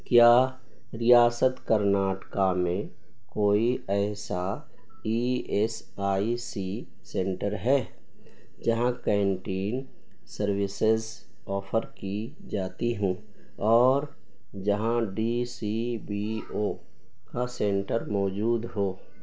کیا ریاست کرناٹکا میں کوئی ایسا E S I C centre ہے جہاں کینٹین سروسز آفر کی جاتی ہوں اور جہاں ڈی سی بی او کا سینٹر موجود ہو